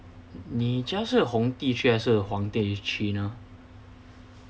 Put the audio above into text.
你家是红地区还是黄地区呢